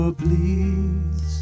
bleeds